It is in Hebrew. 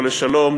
לא לשלום,